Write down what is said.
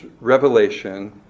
revelation